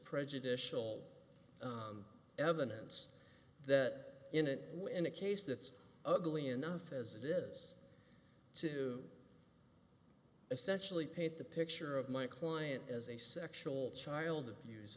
prejudicial evidence that in an in a case that's ugly enough as it is to essentially paint the picture of my client as a sexual child abuse